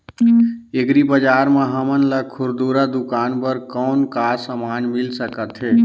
Agri बजार म हमन ला खुरदुरा दुकान बर कौन का समान मिल सकत हे?